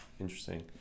interesting